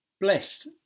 Blessed